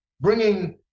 bringing